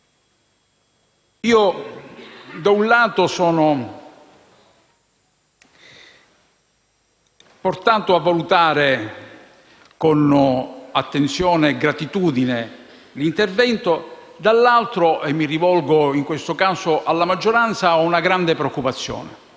Da un lato, sono portato a valutare con attenzione e gratitudine l'intervento; dall'altro - mi rivolgo in questo caso alla maggioranza - ho una grande preoccupazione,